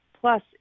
plus